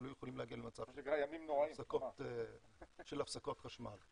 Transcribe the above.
אבל היו יכולים להגיע למצב של הפסקות חשמל.